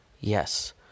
Yes